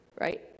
right